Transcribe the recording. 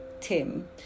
Tim